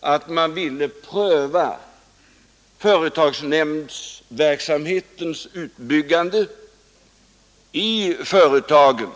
att man ville pröva hur långt man kunde bygga ut företagsnämndernas verksamhet i företagen.